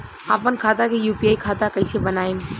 आपन खाता के यू.पी.आई खाता कईसे बनाएम?